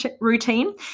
routine